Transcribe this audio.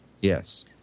Yes